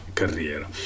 carriera